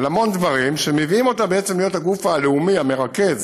להמון דברים שמביאים אותה בעצם להיות הגוף הלאומי המרכז